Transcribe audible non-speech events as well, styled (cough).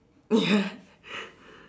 ya (laughs)